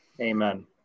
Amen